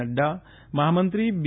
નક્રા મહામંત્રી બી